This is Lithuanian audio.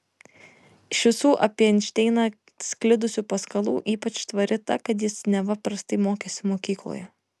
iš visų apie einšteiną sklidusių paskalų ypač tvari ta kad jis neva prastai mokėsi mokykloje